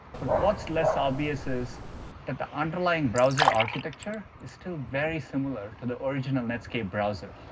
but what's less obvious is that the underlying browser architecture is still very similar to the original netscape browser.